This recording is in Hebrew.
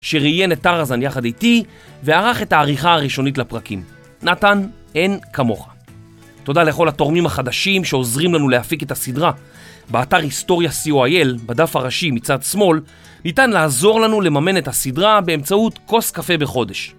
שראיין את טרזן יחד איתי וערך את העריכה הראשונית לפרקים, נתן, אין כמוך. תודה לכל התורמים החדשים שעוזרים לנו להפיק את הסדרה באתר historia.coil בדף הראשי מצד שמאל, ניתן לעזור לנו לממן את הסדרה באמצעות כוס קפה בחודש